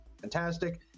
fantastic